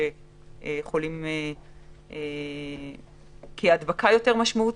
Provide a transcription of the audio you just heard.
כלליים בגלל שההדבקה היא יותר משמעותית.